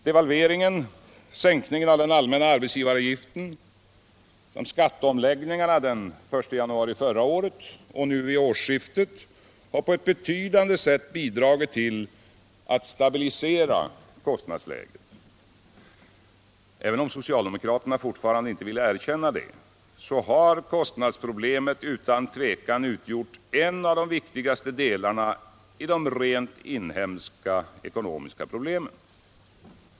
Devalveringen, sänkningen av den allmänna arbetsgivaravgiften samt skatteomläggningarna den 1 januari förra året och nu vid årsskiftet har på ett betydande sätt bidragit till att stabilisera kostnadsläget. Även om socialdemokraterna fortfarande inte vill erkänna det, har kostnadsproblemet utan tvivel utgjort en av de viktigaste delarna i de rent inhemska ekonomiska problemen.